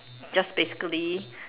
just basically